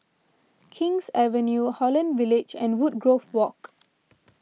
King's Avenue Holland Village and Woodgrove Walk